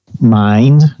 mind